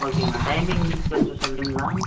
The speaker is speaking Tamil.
ஓகேங்க அண்ணா டைமிங் கொஞ்சம் சொல்லுறீங்களா